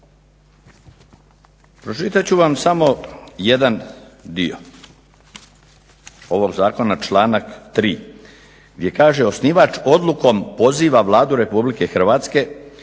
Pročitat ću vam samo jedan dio ovog zakona, članak 3. gdje kaže: „Osnivač odlukom poziva Vladu RH na